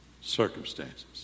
circumstances